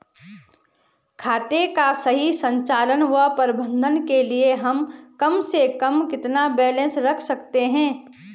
खाते का सही संचालन व प्रबंधन के लिए हम कम से कम कितना बैलेंस रख सकते हैं?